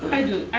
i do,